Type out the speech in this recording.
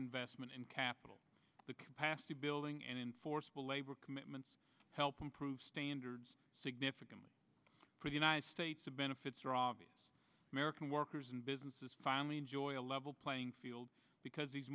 investment in capital the capacity building enforceable labor commitments to help improve standards significantly for the united states the benefits are obvious american workers and businesses finally enjoy a level playing field because these